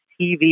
TV